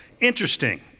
Interesting